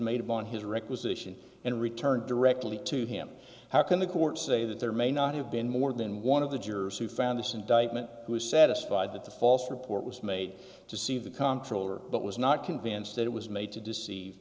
made on his requisition and returned directly to him how can the court say that there may not have been more than one of the jurors who found this indictment was satisfied that the false report was made to see the comptroller but was not convinced that it was made to deceive